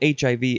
HIV